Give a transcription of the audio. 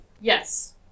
Yes